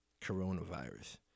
coronavirus